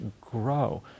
grow